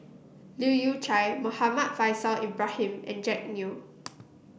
Leu Yew Chye Muhammad Faishal Ibrahim and Jack Neo